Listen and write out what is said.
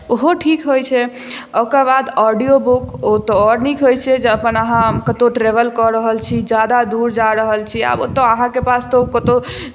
ओहो ठीक होइत छै आ ओकर बाद ऑडियो बुक ओ तऽ आओर नीक होइत छै जे अपन अहाँ कतहु ट्रेवल कऽ रहल छी ज्यादा दूर जा रहल छी आब ओतय अहाँके पास तऽ कतहु